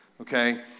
okay